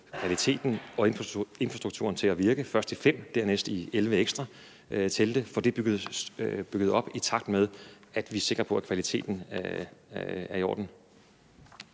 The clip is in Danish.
at få infrastrukturen til at virke, først i 5 telte og dernæst i 11 ekstra telte – at få det bygget op, i takt med at vi er sikre på, at kvaliteten er i orden.